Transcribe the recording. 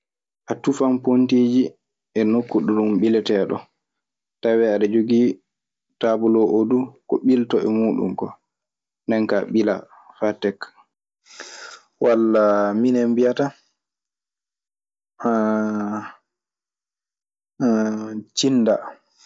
A tufan ponteeji e nokku ɗo ɗun ɓiletee ɗoo. Tawee aɗe jogii tabuloo oo du ko ɓiltoo e muuɗun koo ndeen ka ɓilaa faa tekka. Walla minen mbiyata cinndaa.